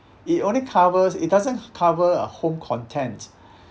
it only covers it doesn't cover uh home content